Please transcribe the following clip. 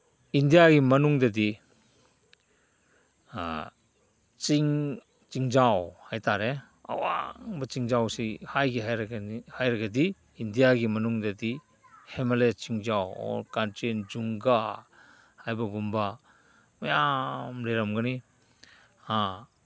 ꯏꯟꯗꯤꯌꯥꯒꯤ ꯃꯅꯨꯡꯗꯗꯤ ꯆꯤꯡ ꯆꯤꯡꯖꯥꯎ ꯍꯥꯏ ꯇꯥꯔꯦ ꯑꯋꯥꯡꯕ ꯆꯤꯡꯖꯥꯎꯁꯤ ꯍꯥꯏꯒꯦ ꯍꯥꯏꯔꯒꯗꯤ ꯏꯟꯗꯤꯌꯥꯒꯤ ꯃꯅꯨꯡꯗꯗꯤ ꯍꯦꯃꯥꯂꯌꯥ ꯆꯤꯡꯖꯥꯎ ꯑꯣꯔ ꯀꯥꯟꯆꯦꯟꯖꯨꯡꯒꯥ ꯍꯥꯏꯕꯒꯨꯝꯕ ꯃꯌꯥꯝ ꯂꯩꯔꯝꯒꯅꯤ